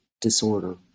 disorder